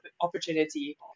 opportunity